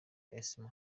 eesam